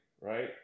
right